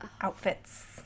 outfits